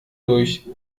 durch